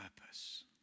purpose